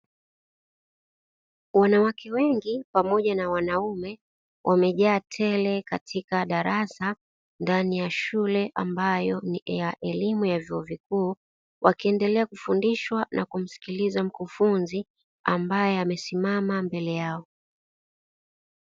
Wanawake wengi pamoja na wanaume, wamejaa tele katika darasa ndani ya shule ambayo ni ya elimu ya vyuo vikuu, wakienedelea kufundishwa na kumsikiliza mkufunzi ambaye amesimama mbele yao.